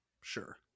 sure